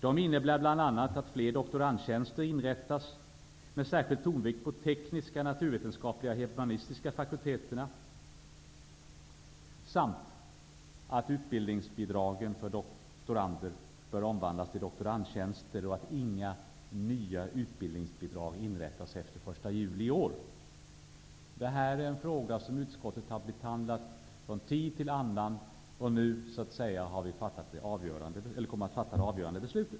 De innebär bl.a. att fler doktorandtjänster inrättas med särskild tonvikt på de tekniska, naturvetenskapliga och humanistiska fakulteterna samt att utbildningsbidrag för doktorander bör omvandlas till doktorandtjänster. fr.o.m. den 1 juli i år tillkommer inga nya utbildningsbidrag. Detta är en fråga som utskottet har behandlat från tid till annan, och nu kommer det avgörande beslutet att fattas.